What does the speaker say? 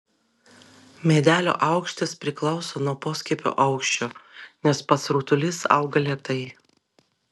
medelio aukštis priklauso nuo poskiepio aukščio nes pats rutulys auga lėtai